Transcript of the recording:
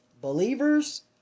believers